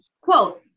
Quote